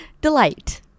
delight